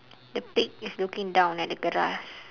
the pig is looking down at the grass